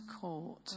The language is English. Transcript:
court